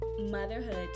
motherhood